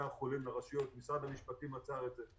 החולים לרשויות אך משרד המשפטים עצר את זה.